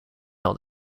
tell